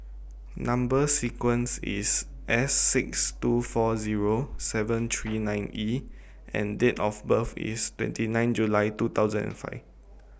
Number sequence IS S six two four Zero seven three nine E and Date of birth IS twenty nine July two thousand and five